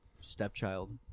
stepchild